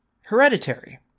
Hereditary